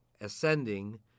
ascending